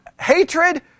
hatred